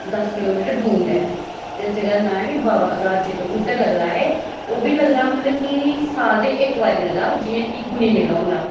दस किलोमीटर दूर ऐ ते इस जगह् दा नांऽ ऐ की वावा घार जितो उद्धर लगदा एह् ओह् बी लगदा मतलब कि साल दे इक बारी लगदा जि'यां कि गुनी मेला होंदा उस